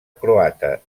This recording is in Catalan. croata